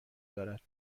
دارد